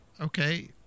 Okay